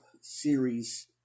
series